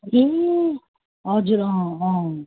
ए हजुर अँ अँ